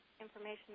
information